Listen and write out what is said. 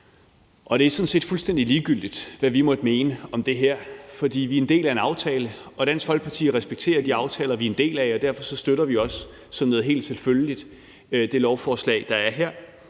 Det er sådan set fuldstændig ligegyldigt, hvad vi måtte mene om det her, for vi er en del af en aftale, og Dansk Folkeparti respekterer de aftaler, vi er en del af. Derfor støtter vi også som noget helt selvfølgeligt det lovforslag, der er her.